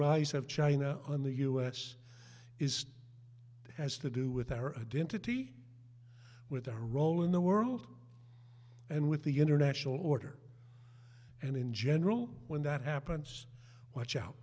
rise of china on the us is has to do with her identity with her role in the world and with the international order and in general when that happens watch out